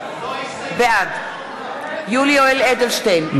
בעד יולי יואל אדלשטיין,